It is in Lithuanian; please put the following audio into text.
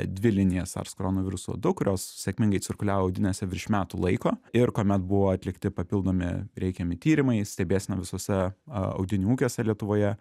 dvi linijas sars koronoviruso du kurios sėkmingai cirkuliavo audinėse virš metų laiko ir kuomet buvo atlikti papildomi reikiami tyrimai stebėsena visose audinių ūkiuose lietuvoje